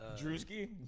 Drewski